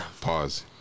Pause